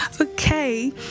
okay